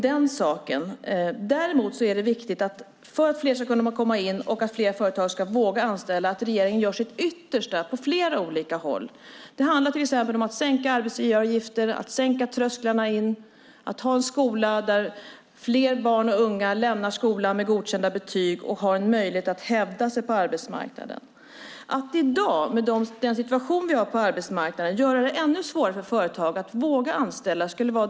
Däremot är det viktigt för att fler ska komma in och att fler företag ska våga anställa att regeringen gör sitt yttersta på flera olika håll. Det handlar till exempel om att sänka arbetsgivaravgiften, att sänka trösklarna in och att ha en skola som fler barn och unga lämnar med godkända betyg och att de har en möjlighet att hävda sig på arbetsmarknaden. Det skulle vara direkt kontraproduktivt att i dag, med den situation vi har på arbetsmarknaden, göra det ännu svårare för företag att våga anställa.